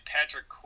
Patrick